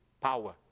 power